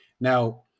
now